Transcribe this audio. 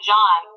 John